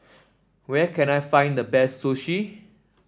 where can I find the best Sushi